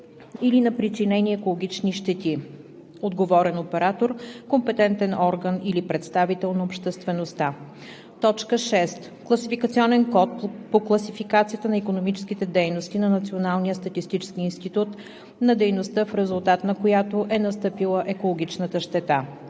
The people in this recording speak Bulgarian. или на причинени екологични щети - отговорен оператор, компетентен орган или представител на обществеността; 6. класификационен код по Класификацията на икономическите дейности на Националния статистически институт на дейността, в резултат на която е настъпила екологичната щета;